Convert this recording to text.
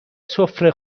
سفره